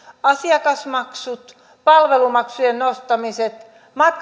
asiakasmaksut palvelumaksujen nostamiset